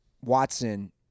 Watson